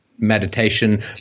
meditation